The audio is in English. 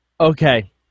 Okay